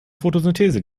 photosynthese